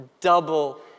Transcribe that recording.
double